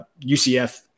UCF